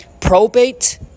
probate